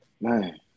man